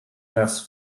nas